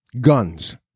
guns